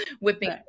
whipping